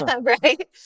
Right